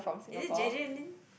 is it J_J-Lin